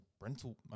rental